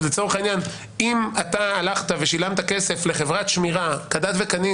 אז לצורך העניין אם שילמת כסף לחברת שמירה כדת וכדין